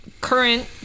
current